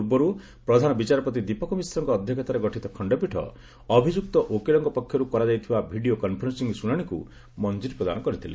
ପୂର୍ବରୁ ପ୍ରଧାନ ବିଚାରପତି ଦୀପକ ମିଶ୍ରଙ୍କ ଅଧ୍ୟକ୍ଷତାରେ ଗଠିତ ଖଣ୍ଡପୀଠ ଅଭିଯୁକ୍ତ ଓକିଲଙ୍କ ପକ୍ଷରୁ କରାଯାଇଥିବା ଭିଡ଼ିଓ କନ୍ଫରେନ୍ସିଂ ଶୁଣାଣିକୁ ମଞ୍ଜୁରି ପ୍ରଦାନ କରିଥିଲେ